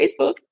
Facebook